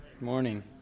morning